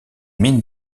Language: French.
mines